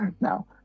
now